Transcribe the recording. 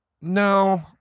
no